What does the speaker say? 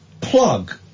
plug